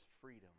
freedom